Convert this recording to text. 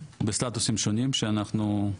בסטטוסים שונים שאנחנו,